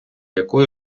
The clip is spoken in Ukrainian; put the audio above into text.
якої